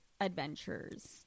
adventures